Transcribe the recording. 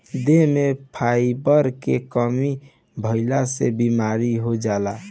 देह में फाइबर के कमी भइला से बीमारी हो जाला